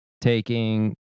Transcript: taking